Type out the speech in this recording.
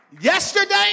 yesterday